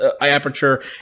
aperture